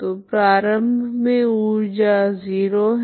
तो प्रारम्भ मे ऊर्जा 0 है